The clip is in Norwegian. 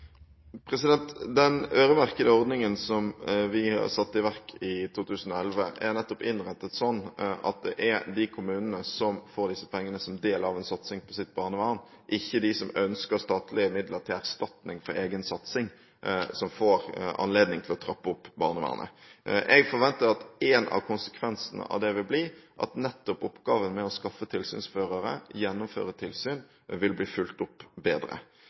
Den øremerkede ordningen vi har satt i verk i 2011, er nettopp innrettet sånn at det er de kommunene som får disse pengene som del av sin satsing på sitt barnevern – og ikke de som ønsker statlige midler til erstatning for egen satsing – som får anledning til å trappe opp barnevernet. Jeg forventer at en av konsekvensene av det vil bli at nettopp oppgaven med å skaffe tilsynsførere, gjennomføre tilsyn, vil bli fulgt opp bedre.